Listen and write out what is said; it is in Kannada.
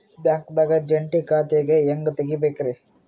ಬ್ಯಾಂಕ್ದಾಗ ಜಂಟಿ ಖಾತೆ ಹೆಂಗ್ ತಗಿಬೇಕ್ರಿ?